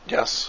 Yes